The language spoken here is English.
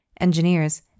engineers